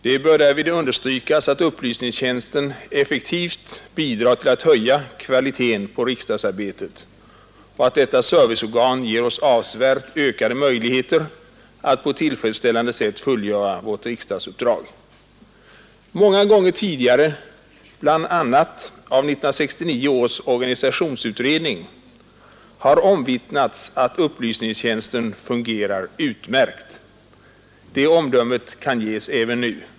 Det bör därvid understrykas att upplysningstjänsten effektivt bidrar till att höja kvaliteten på riksdagsarbetet och att detta serviceorgan ger oss avsevärt ökade möjligheter att på ett tillfredsställande sätt fullgöra vårt riksdagsuppdrag. Många gånger tidigare, bl.a. av 1969 års organisationsutredning, har omvittnats att upplysningstjänsten fungerar utmärkt. Det omdömet kan ges även nu.